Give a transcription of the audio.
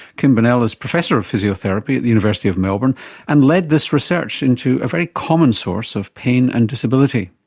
kim bennell is professor of physiotherapy at the university of melbourne and led this research into a very common source of pain and disability.